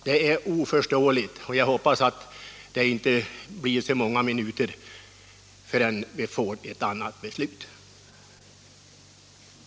Det är obegripligt, och jag hoppas att det inte dröjer många minuter förrän vi har beslutat om dess avskaffande.